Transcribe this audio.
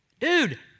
Dude